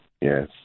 yes